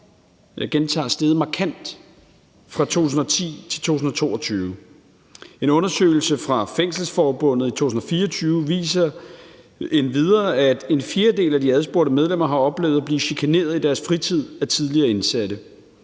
jeg gentager: steget markant – fra 2010 til 2022. En undersøgelse fra Fængselsforbundet i 2024 viser endvidere, at en fjerdedel af de adspurgte medlemmer har oplevet at blive chikaneret i deres fritid af tidligere indsatte.